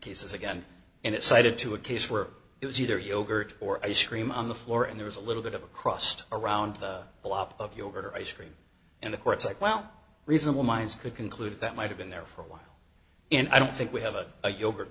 cases again and it cited to a case where it was either yogurt or ice cream on the floor and there was a little bit of a crossed around a lot of yogurt or ice cream in the courts like well reasonable minds could conclude that might have been there for a while and i don't think we have a yogurt